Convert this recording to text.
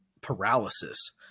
paralysis